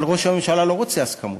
אבל ראש הממשלה לא רוצה הסכמות,